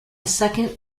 second